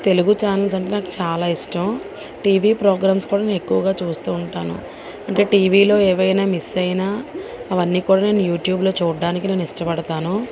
Telugu channels అంటే నాకు చాలా ఇష్టం టీవీ ప్రోగ్రామ్స్ కూడా నేను ఎక్కువగా చుస్తు ఉంటాను అంటే టీవీలో ఏవైనా మిస్ అయిన అవన్నీ కూడా నేను యూట్యూబ్లో చూడడానికి నేను ఇష్టపడతాను